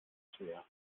schwer